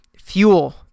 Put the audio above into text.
fuel